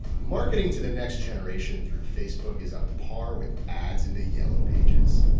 marketing to the next generation through facebook is on par with ads in the yellow pages.